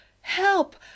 Help